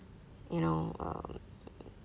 you know um